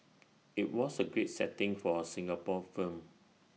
IT was A great setting for A Singapore firm